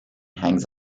hangs